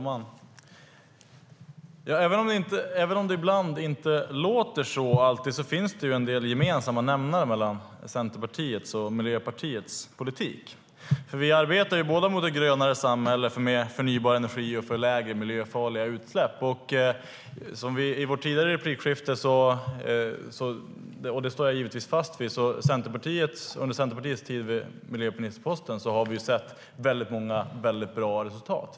Herr talman! Även om det inte alltid låter så finns det en del gemensamma nämnare mellan Centerpartiets och Miljöpartiets politik. Vi arbetar båda för ett grönare samhälle med förnybar energi och lägre miljöfarliga utsläpp.I ett tidigare replikskifte sas det - och det står jag givetvis fast vid - att vi under Centerpartiets tid vid miljöministerposten såg många bra resultat.